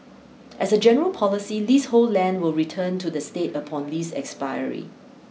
as a general policy leasehold land will return to the state upon lease expiry